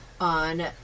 On